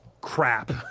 crap